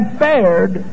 fared